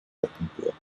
rottenburg